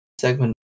segment